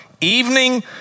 evening